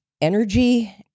energy